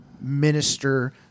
minister